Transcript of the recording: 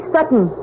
Sutton